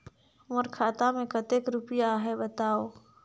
मोर खाता मे कतेक रुपिया आहे बताव?